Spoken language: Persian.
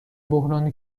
بحران